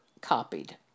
copied